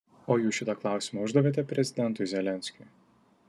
o jūs šitą klausimą uždavėte prezidentui zelenskiui